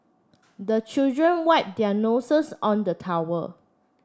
the children wipe their noses on the towel